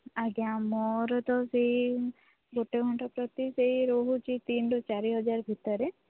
ଆଜ୍ଞା ମୋର ତ ସେଇ ଗୋଟେ ଘଣ୍ଟା ପ୍ରତି ସେଇ ରହୁଛି ତିନିରୁ ଚାରି ହଜାରେ ଭିତରେ